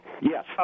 Yes